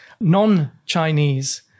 non-Chinese